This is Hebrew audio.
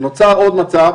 נוצר עוד מצב,